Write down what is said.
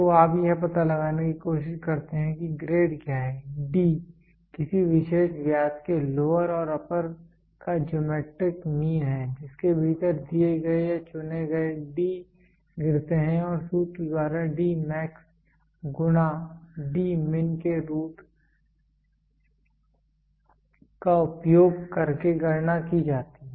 तो आप यह पता लगाने की कोशिश करते हैं कि ग्रेड क्या है D किसी विशेष व्यास के लोअर और अपर व्यास का ज्योमैट्रिक मीन है जिसके भीतर दिए गए या चुने गए D गिरते हैं और सूत्र द्वारा D मैक्स गुना D मिन के रूट का उपयोग करके गणना की जाती है